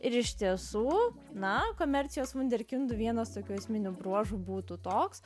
ir iš tiesų na komercijos vunderkindų vienas tokių esminių bruožų būtų toks